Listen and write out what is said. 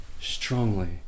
strongly